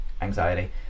anxiety